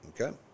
Okay